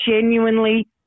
genuinely